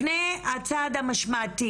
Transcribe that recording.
לפני הצעד המשמעתי